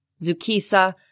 Zukisa